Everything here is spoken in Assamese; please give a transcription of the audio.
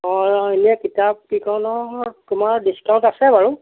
অঁ এ কিতাপ কেইখনৰ তোমাৰ ডিচকাউণ্ট আছে বাৰু